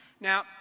Now